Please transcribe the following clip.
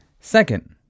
Second